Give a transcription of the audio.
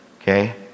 Okay